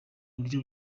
buryo